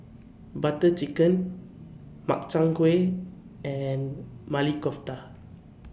Butter Chicken Makchang Gui and Maili Kofta